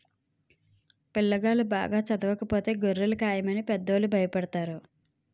పిల్లాగాళ్ళు బాగా చదవకపోతే గొర్రెలు కాయమని పెద్దోళ్ళు భయపెడతారు